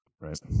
Right